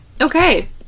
Okay